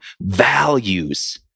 values